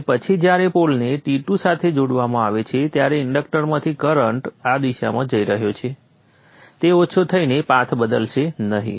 અને પછી જ્યારે પોલને T2 સાથે જોડવામાં આવે છે ત્યારે ઇન્ડક્ટરમાંથી કરંટ આ દિશામાં જઈ રહ્યો છે તે ઓછો થઈને પાથ બદલશે નહીં